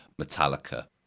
Metallica